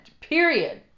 period